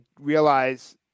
realize